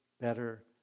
better